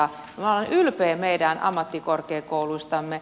minä olen ylpeä meidän ammattikorkeakouluistamme